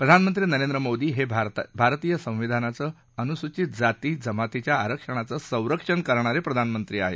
प्रधानमंत्री नरेंद्र मोदी हे भारतीय संविधानाचं अनुसूचित जाती जमातीच्या आरक्षणाचं संरक्षण करणारे प्रधानमंत्री आहेत